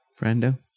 Brando